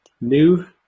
new